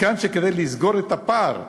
מכאן שכדי לסגור את הפער,